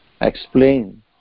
Explain